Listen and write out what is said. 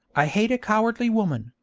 i hate a cowardly woman,